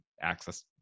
access